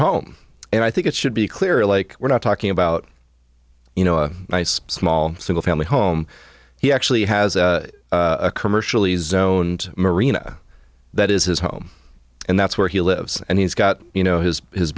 home and i think it should be clear like we're not talking about you know a nice small single family home he actually has a commercially zoned marina that is his home and that's where he lives and he's got you know his